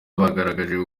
bagaragaje